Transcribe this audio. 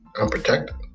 unprotected